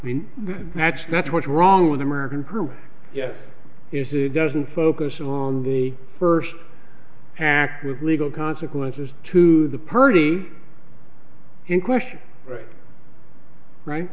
i mean that's that's what's wrong with american crew yes is it doesn't focus on the first act with legal consequences to the purdey in question right right